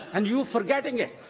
and you're forgetting it.